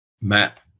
map